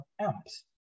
amps